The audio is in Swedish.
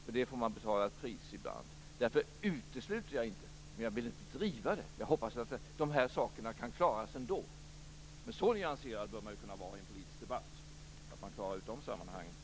För det får man betala ett pris ibland. Därför utesluter jag inte detta, men jag vill inte driva frågan. Jag hoppas att de här sakerna kan klaras ändå. Så nyanserad bör man kunna vara i en politisk debatt att man klarar ut de sammanhangen.